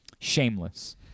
Shameless